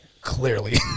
Clearly